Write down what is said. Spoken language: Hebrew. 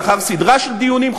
לאחר סדרה של דיונים,